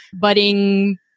budding